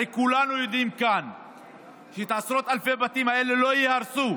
הרי כולנו יודעים כאן שאת עשרות אלפי הבתים האלה לא יהרסו,